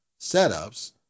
setups